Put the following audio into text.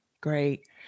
Great